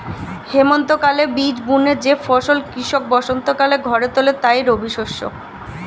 হেমন্তকালে বীজ বুনে যে ফসল কৃষক বসন্তকালে ঘরে তোলে তাই রবিশস্য